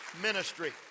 ministry